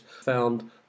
found